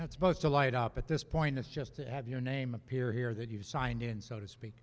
that's posed to light up at this point it's just to have your name appear here that you've signed in so to speak